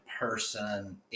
person –